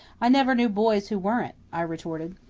i never knew boys who weren't, i retorted.